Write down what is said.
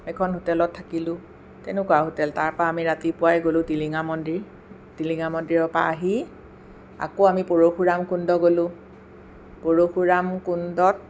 এইখন হোটেলত থাকিলোঁ তেনেকুৱা হোটেল তাৰপৰা আমি ৰাতিপুৱাই গ'লোঁ টিলিঙা মন্দিৰ টিলিঙা মন্দিৰৰ পৰা আহি আকৌ আমি পৰশুৰাম কুণ্ড গ'লোঁ পৰশুৰাম কুণ্ডত